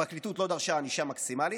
הפרקליטות לא דרשה ענישה מקסימלית,